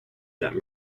that